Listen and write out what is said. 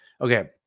Okay